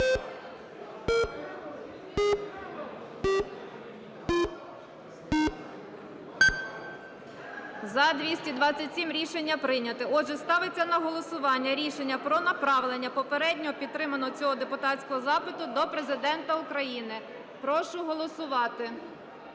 За-227 Рішення прийнято. Отже, ставиться на голосування рішення про направлення попередньо підтриманого цього депутатського запиту до Президента України. Прошу голосувати.